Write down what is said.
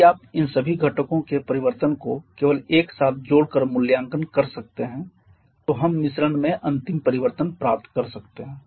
यदि आप इन सभी घटकों के परिवर्तन को केवल एक साथ जोड़कर मूल्यांकन कर सकते हैं तो हम मिश्रण में अंतिम परिवर्तन प्राप्त कर सकते हैं